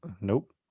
Nope